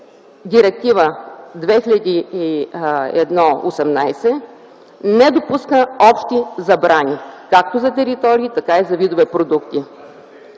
Директива 2001/18 не допуска общи забрани както за територии, така и за видове продукти.